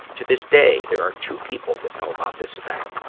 to this day, there are two people that know about this event,